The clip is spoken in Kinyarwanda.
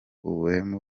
ubuhemu